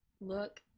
look